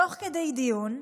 תוך כדי דיון,